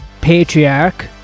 patriarch